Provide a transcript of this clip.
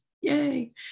Yay